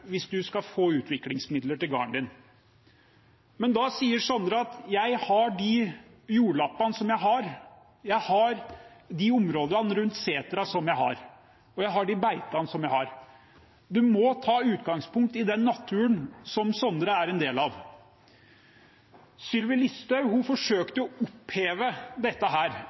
hvis du skal få utviklingsmidler til garden din. Men da sier Sondre: Jeg har de jordlappene jeg har, jeg har de områdene rundt setra jeg har, og jeg har de beitene jeg har. En må ta utgangspunkt i den naturen som Sondre er en del av. Sylvi Listhaug forsøkte å oppheve dette